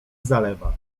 zalewa